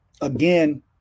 again